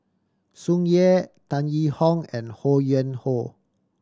Tsung Yeh Tan Yee Hong and Ho Yuen Hoe